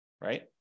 right